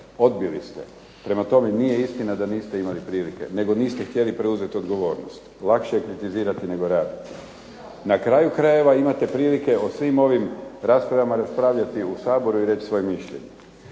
Odbili ste. Prema tome, nije istina da niste imali prilike, nego niste htjeli preuzeti odgovornost. Lakše je kritizirati nego raditi. Na kraju krajeva imate prilike o svim ovim raspravama raspravljati u Saboru i reći svoje mišljenje.